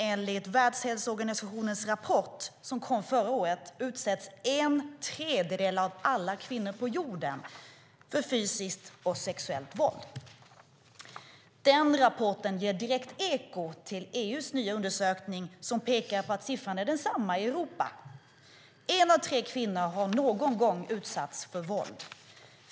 Enligt Världshälsoorganisationens rapport, som kom förra året, utsätts en tredjedel av alla kvinnor på jorden för fysiskt och sexuellt våld. Den rapporten ger direkt eko till EU:s nya undersökning som pekar på att siffran är densamma i Europa. En av tre kvinnor har någon gång utsatts för våld.